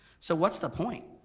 so what's the point?